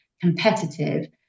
competitive